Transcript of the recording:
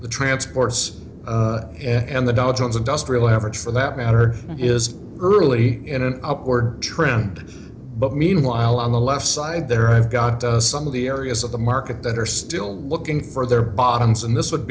the transports and the dow jones industrial average for that matter is early in an upward trend but meanwhile on the left side there i've got some of the areas of the market that are still looking for their bottoms and this would